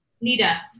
Nita